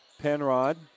Penrod